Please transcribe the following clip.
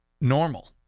normal